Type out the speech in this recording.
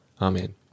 Amen